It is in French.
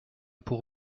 pour